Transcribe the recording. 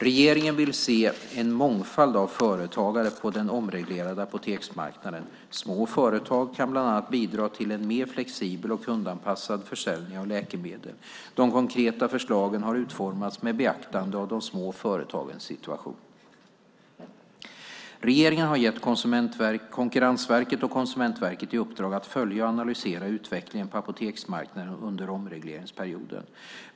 Regeringen vill se en mångfald av företagare på den omreglerade apoteksmarknaden. Små företag kan bland annat bidra till en mer flexibel och kundanpassad försäljning av läkemedel. De konkreta förslagen har utformats med beaktande av de små företagens situation. Regeringen har gett Konkurrensverket och Konsumentverket i uppdrag att följa och analysera utvecklingen på apoteksmarknaden under omregleringsperioden.